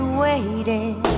waiting